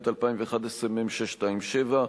התשע"ב 2011, מ/627,